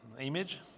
image